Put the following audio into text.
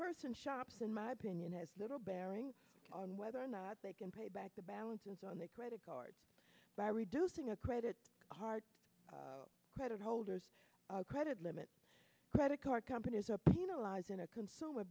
person shops in my opinion has little bearing on whether or not they can pay back the balances on their credit cards by reducing a credit card credit holders credit limit credit card companies are penalized in a consumer